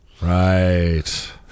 Right